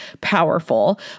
powerful